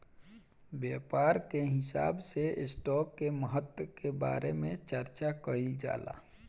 व्यापार के हिसाब से स्टॉप के महत्व के बारे में चार्चा कईल जाला